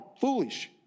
foolish